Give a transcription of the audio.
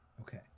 Okay